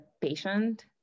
patient